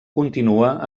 continua